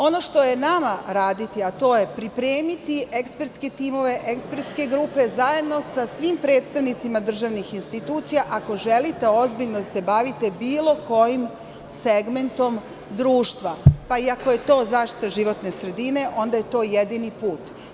Ono što je nama raditi, a to je pripremiti ekspertske timove, ekspertske grupe, zajedno sa svim predstavnicima državnih institucija, ako želite ozbiljno da se bavite bilo kojim segmentom društva, pa i ako je to zaštita životne sredine, onda je to jedini put.